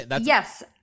Yes